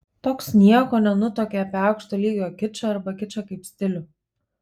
toks nieko nenutuokia apie aukšto lygio kičą arba kičą kaip stilių